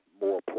More